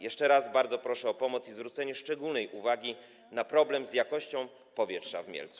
Jeszcze raz bardzo proszę o pomoc i zwrócenie szczególnej uwagi na problem dotyczący jakości powietrza w Mielcu.